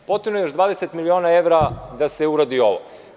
Potrebno je još 20 miliona evra da se uradi ovo.